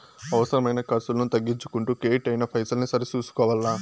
అవసరమైన కర్సులను తగ్గించుకుంటూ కెడిట్ అయిన పైసల్ని సరి సూసుకోవల్ల